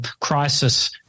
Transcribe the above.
crisis